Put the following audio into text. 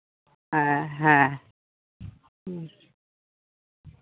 ᱦᱮᱸ ᱦᱮᱸ